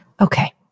Okay